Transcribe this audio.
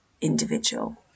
individual